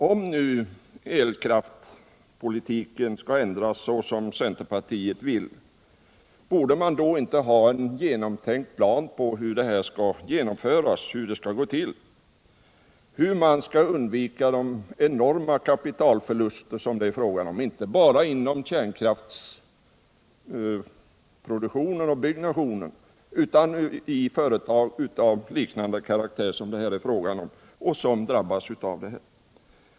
Om nu elkraftspolitiken skall ändras så som centern vill, då borde man väl ha en genomtänkt plan för hur detta skall gå till — bl.a. för hur man skall undvika de enorma kapialförluster som det är fråga om inte bara inom kärnkraftsproduktionen och byggnationen utan också i företag av den typ som det här är fråga om.